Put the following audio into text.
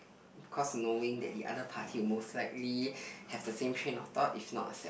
cause knowing that the other party will most likely have the same train of thought is not a sad